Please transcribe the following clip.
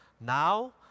Now